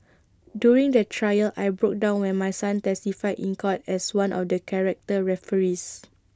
during the trial I broke down when my son testified in court as one of the character referees